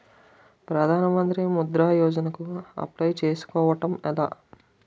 ప్రధాన మంత్రి ముద్రా యోజన కు అప్లయ్ చేసుకోవటం ఎలా?